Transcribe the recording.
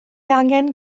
angen